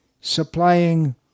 supplying